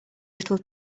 little